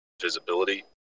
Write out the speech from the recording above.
visibility